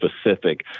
specific